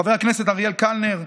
חבר הכנסת אריאל קלנר,